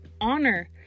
honor